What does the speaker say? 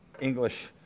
English